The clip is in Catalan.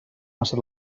massa